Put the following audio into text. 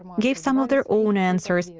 gave some of their own answers,